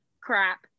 crap